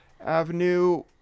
Avenue